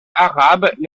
arabe